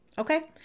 Okay